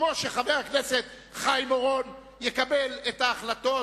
כמו שחבר הכנסת חיים אורון יקבל את ההחלטות,